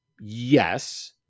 yes